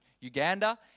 Uganda